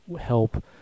help